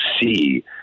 see